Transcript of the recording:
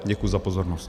Děkuji za pozornost.